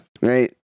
right